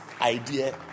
idea